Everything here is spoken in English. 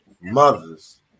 mothers